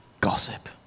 gossip